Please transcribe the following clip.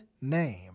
name